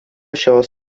šios